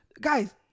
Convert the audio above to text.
guys